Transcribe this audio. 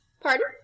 Pardon